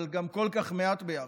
אבל גם כל כך מעט ביחד.